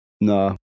No